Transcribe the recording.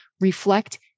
reflect